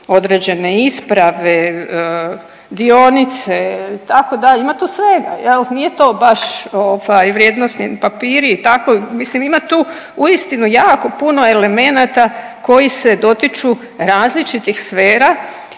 određene isprave, dionice, tako da, ima tu svega, nije to baš ovaj, vrijednosni papiri i tako, mislim ima tu istinu jako puno elemenata koji se dotiču različitih sfera